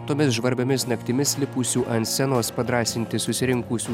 tomis žvarbiomis naktimis lipusių ant scenos padrąsinti susirinkusių